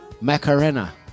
Macarena